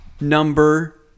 Number